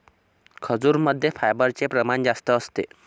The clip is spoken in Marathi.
खजूरमध्ये फायबरचे प्रमाण जास्त असते